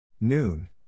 Noon